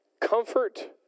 comfort